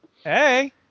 Hey